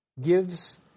gives